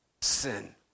Sin